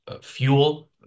fuel